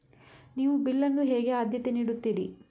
ನೀವು ಬಿಲ್ ಅನ್ನು ಹೇಗೆ ಆದ್ಯತೆ ನೀಡುತ್ತೀರಿ?